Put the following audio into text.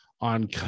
on